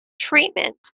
treatment